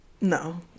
no